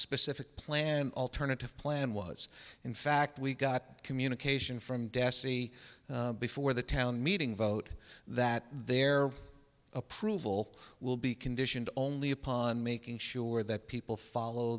specific plan alternative plan was in fact we got communication from dessie before the town meeting vote that their approval will be conditioned only upon making sure that people follow